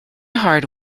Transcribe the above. hard